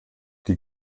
die